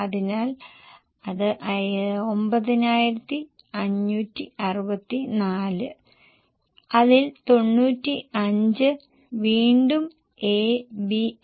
അതിനാൽ ആദ്യം 596 ന്റെ 80 ശതമാനം വിൽപ്പനച്ചെലവായി എടുക്കുക അതിനുശേഷം സെല്ലിങ് എസ്പെൻസിന്റെ 60 ശതമാനം വേരിയബിളിറ്റിയുടെ ശതമാനം ആയി പ്രയോഗിക്കുക